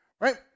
Right